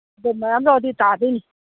ꯑꯗꯣ ꯃꯌꯥꯝ ꯂꯧꯔꯗꯤ ꯇꯥꯗꯣꯏꯅꯤ